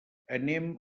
anem